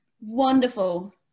wonderful